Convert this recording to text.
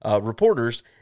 reporters